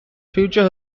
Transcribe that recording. future